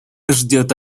ждет